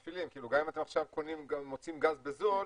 גם אם אתם עכשיו מוצאים גז בזול,